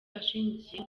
ashingiye